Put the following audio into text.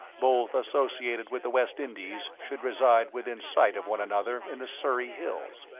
both associated with the west indies, should reside within sight of one another in the surrey hills.